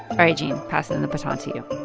all right, gene, passing the baton to you oh,